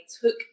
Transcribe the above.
took